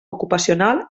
ocupacional